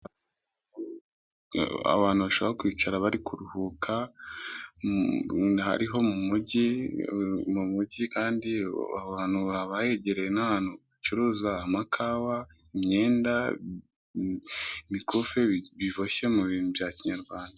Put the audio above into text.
Abantu bashaka kwicara bari kuruhuka, ariho mu mugi, mu mugi kandi, aho hantu haba hegereye nk'ahantu bacuruza amakawa, imyenda, imikufe, biboshye mu bintu bya kinyarwanda.